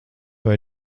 vai